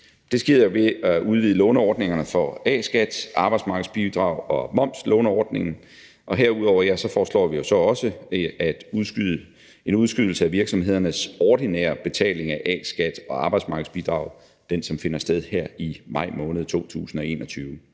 Det sker ved at udvide låneordningerne for A-skat, arbejdsmarkedsbidrag og momslåneordningen. Herudover foreslår vi så også en udskydelse af virksomhedernes ordinære betaling af A-skat og arbejdsmarkedsbidrag, altså den, som finder sted her i maj måned 2021.